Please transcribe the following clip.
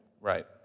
Right